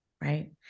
Right